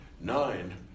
Nine